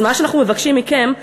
"אז מה שאנחנו מבקשים מכם,